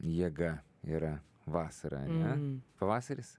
jėga yra vasara ane pavasaris